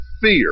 fear